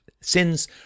Sins